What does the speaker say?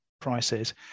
prices